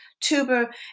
tuber